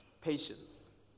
Patience